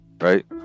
right